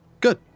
Good